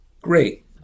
Great